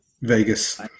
vegas